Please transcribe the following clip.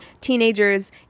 teenagers